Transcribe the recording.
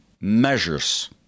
measures